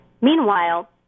Meanwhile